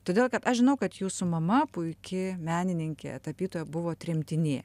todėl kad aš žinau kad jūsų mama puiki menininkė tapytoja buvo tremtinė